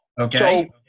Okay